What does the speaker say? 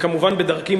וכמובן בדרכי